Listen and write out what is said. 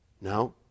No